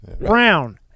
brown